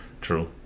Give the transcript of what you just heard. True